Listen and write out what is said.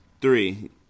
Three